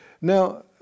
Now